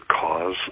cause